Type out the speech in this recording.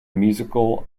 musical